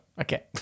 Okay